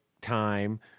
time